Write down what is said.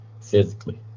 physically